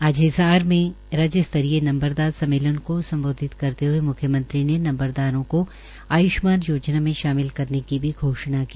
आज हिसार में राज्य स्तरीय नंबरदार सम्मेलन को संबोधित करते हये मुख्यमंत्री ने नंबरदारों को आयुष्मान योजना में शामिल करने की भी घोषणा की